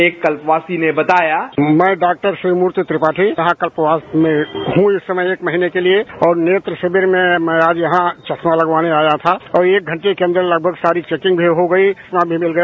एक कल्पवासी ने बताया मैं डॉक्टर शिवमूर्ति त्रिपाठी यहां कल्पवास में हूं इस समय एक महीने के लिए और नेत्र शिविर में मैं आज यहां चश्मा लगवाने आया था और एक घंटे के अंदर लगभग सारी चैकिंग भी हो गई चश्मा भी मिल गया